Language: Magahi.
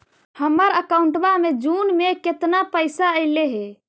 हमर अकाउँटवा मे जून में केतना पैसा अईले हे?